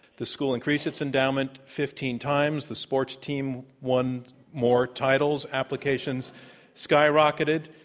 the school increased its endowment fifteen times. the sports team won more titles. applications skyrocketed.